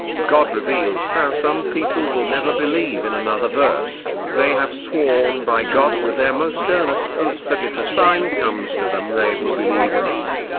god reveals how some people will never believe in another verse they have sworn by god with their most earnest oaths that if a sign comes to them they will believe in it.